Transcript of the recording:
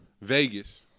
Vegas